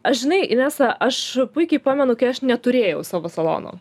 aš žinai inesa aš puikiai pamenu kai aš neturėjau savo salono